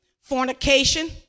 fornication